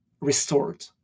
restored